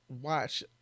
watch